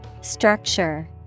Structure